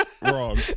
Wrong